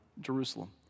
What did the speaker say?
Jerusalem